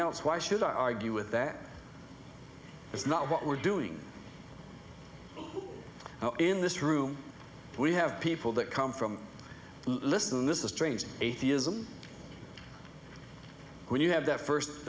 else why should i argue with that is not what we're doing now in this room we have people that come from listen this is strange atheism when you have that first